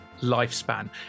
lifespan